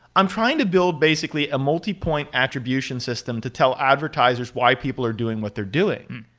i'm trying to build basically a multipoint attribution system to tell advertisers why people are doing what they're doing.